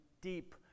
deep